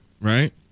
right